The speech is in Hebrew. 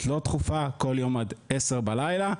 לא דחופה בכל יום עד שעה 22:00 בלילה.